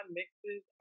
mixes